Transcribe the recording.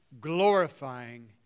glorifying